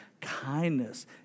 kindness